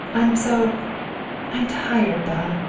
i'm so i'm tired, belle.